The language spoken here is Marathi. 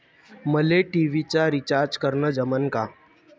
मले टी.व्ही चा रिचार्ज करन जमन का?